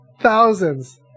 thousands